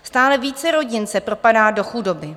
Stále více rodin se propadá do chudoby.